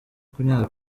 kunyara